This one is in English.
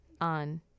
on